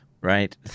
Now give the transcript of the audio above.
right